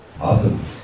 Awesome